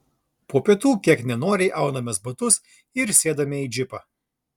po pietų kiek nenoriai aunamės batus ir sėdame į džipą